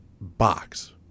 box